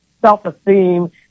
self-esteem